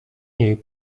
niej